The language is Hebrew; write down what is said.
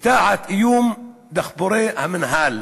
ותחת איום דחפורי המינהל?